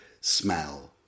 smell